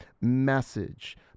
message